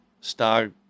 star